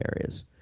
areas